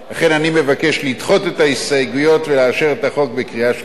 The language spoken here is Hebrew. לכן אני מבקש לדחות את ההסתייגויות ולאשר את החוק בקריאה שנייה ושלישית.